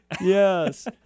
Yes